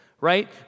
right